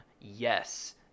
Yes